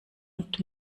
und